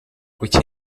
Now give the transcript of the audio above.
kuki